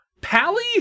Pally